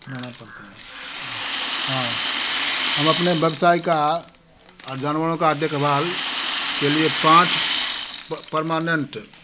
खिलाना पड़ता है हाँ हम अपने व्यवसाय का और जानवरों की देख भाल के लिए पाँच पर्मनन्ट